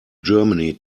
germany